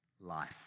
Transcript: life